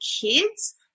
kids